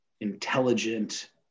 intelligent